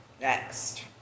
Next